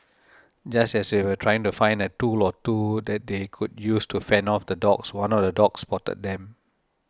just as they were trying to find a tool or two that they could use to fend off the dogs one of the dogs spotted them